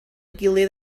gilydd